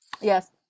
yes